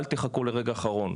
אל תחכו עד הרגע האחרון,